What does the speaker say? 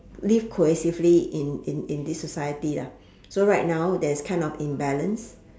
live cohesively in in in this society lah so right now there's kind of imbalance